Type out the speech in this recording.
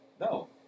No